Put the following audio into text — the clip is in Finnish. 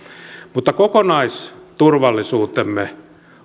mutta kokonaisturvallisuutemme